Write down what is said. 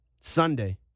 Sunday